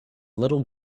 little